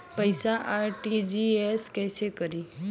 पैसा आर.टी.जी.एस कैसे करी?